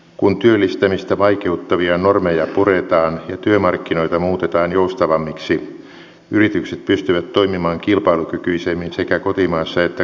kun työllistämistä vaikeuttavia normeja puretaan ja työmarkkinoita muutetaan joustavammiksi yritykset pystyvät toimiaan kilpailukykyisemmin sekä kotimaassa että kansainvälisillä markkinoilla